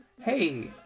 hey